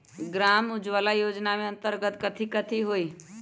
ग्राम उजाला योजना के अंतर्गत कथी कथी होई?